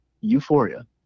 euphoria